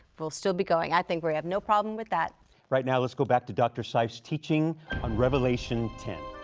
we'll still be going. i think we have no problem with that. david right now, let's go back to dr. seif's teaching on revelation ten.